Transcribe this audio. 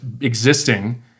existing